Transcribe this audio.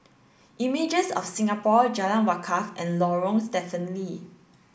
Images of Singapore Jalan Wakaff and Lorong Stephen Lee